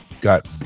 got